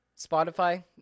Spotify